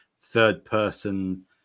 third-person